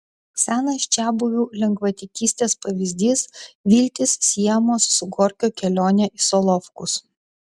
senas čiabuvių lengvatikystės pavyzdys viltys siejamos su gorkio kelione į solovkus